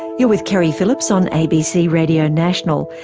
you're with keri phillips on abc radio national.